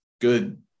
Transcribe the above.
good